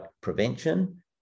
prevention